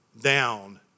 down